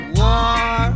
war